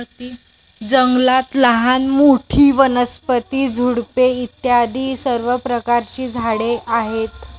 जंगलात लहान मोठी, वनस्पती, झुडपे इत्यादी सर्व प्रकारची झाडे आहेत